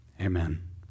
Amen